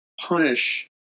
punish